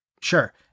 Sure